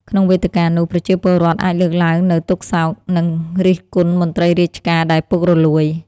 ក្នុងវេទិកានោះ ប្រជាពលរដ្ឋអាចលើកឡើងនូវទុក្ខសោក និងរិះគន់មន្ត្រីរាជការដែលពុករលួយ។